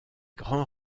grand